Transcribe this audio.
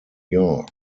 york